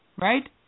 right